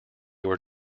were